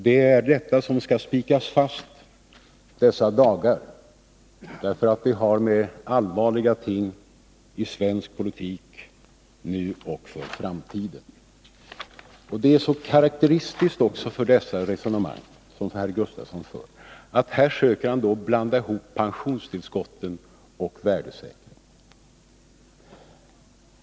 Det är detta som skall spikas fast dessa dagar, därför att det gäller allvarliga ting i svensk politik nu och för framtiden. Det är också karakteristiskt för de resonemang som herr Gustavsson för att han söker blanda ihop pensionstillskotten och värdesäkringen.